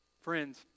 Friends